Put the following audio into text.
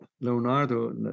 Leonardo